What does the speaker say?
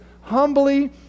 humbly